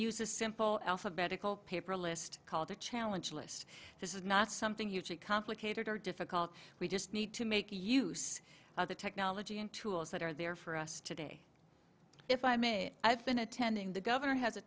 use a simple alphabetical paper list called a challenge list this is not something hugely complicated or difficult we just need to make use of the technology and tools that are there for us today if i may i've been attending the governor has a